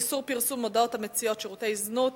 איסור פרסום מודעות המציעות שירותי זנות),